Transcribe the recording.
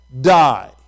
die